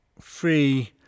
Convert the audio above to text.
Free